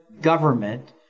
government